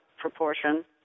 proportion